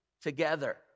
together